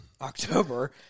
October